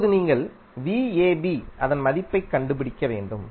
இப்போது நீங்கள் அதன் மதிப்பைக் கண்டுபிடிக்க வேண்டும்